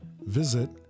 visit